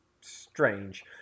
strange